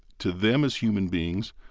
to them as human beings,